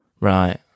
Right